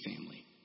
family